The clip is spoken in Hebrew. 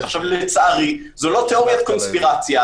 לצערי, זאת לא תאוריית קונספירציה.